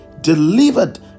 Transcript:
delivered